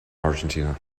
argentina